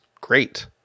great